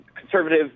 conservative